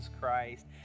Christ